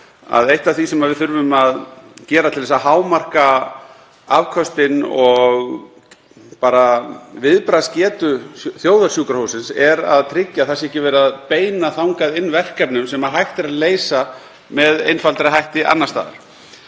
að eitt af því sem við þurfum að gera til að hámarka afköst og viðbragðsgetu þjóðarsjúkrahússins sé að tryggja að ekki sé verið að beina þangað inn verkefnum sem hægt er að leysa með einfaldari hætti annars staðar.